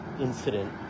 incident